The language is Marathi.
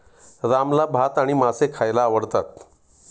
रामला भात आणि मासे खायला आवडतात